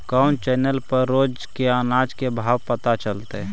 कोन चैनल पर रोज के अनाज के भाव पता चलतै?